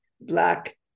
black